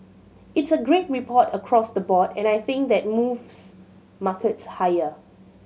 it's a great report across the board and I think that moves markets higher